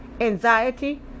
anxiety